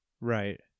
right